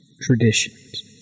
traditions